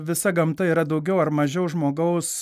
visa gamta yra daugiau ar mažiau žmogaus